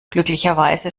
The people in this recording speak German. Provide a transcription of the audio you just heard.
glücklicherweise